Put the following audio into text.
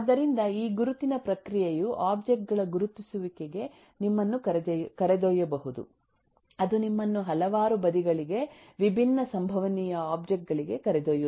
ಆದ್ದರಿಂದ ಈ ಗುರುತಿನ ಪ್ರಕ್ರಿಯೆಯು ಒಬ್ಜೆಕ್ಟ್ ಗಳ ಗುರುತಿಸುವಿಕೆಗೆ ನಿಮ್ಮನ್ನು ಕರೆದೊಯ್ಯಬಹುದು ಅದು ನಿಮ್ಮನ್ನು ಹಲವಾರು ಬದಿಗಳಿಗೆ ವಿಭಿನ್ನ ಸಂಭವನೀಯ ಒಬ್ಜೆಕ್ಟ್ ಗಳಿಗೆ ಕರೆದೊಯ್ಯುತ್ತದೆ